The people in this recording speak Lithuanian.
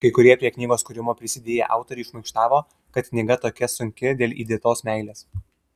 kai kurie prie knygos kūrimo prisidėję autoriai šmaikštavo kad knyga tokia sunki dėl įdėtos meilės